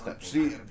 See